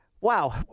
wow